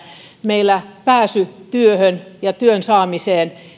meillä työhön pääsyn ja työn saamisen